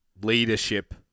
leadership